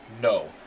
No